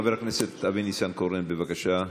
חבר הכנסת אבי ניסנקורן, בבקשה,